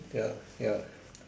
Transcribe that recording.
ya ya